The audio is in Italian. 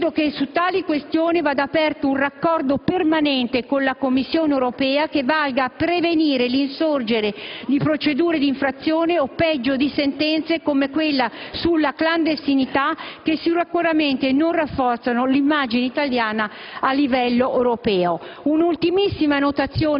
Credo che su tali questioni vada aperto un raccordo permanente con la Commissione europea che valga a prevenire l'insorgere di procedure di infrazione o peggio di sentenze come quella sulla clandestinità che sicuramente non rafforzano l'immagine italiana a livello europeo.